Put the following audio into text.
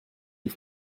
die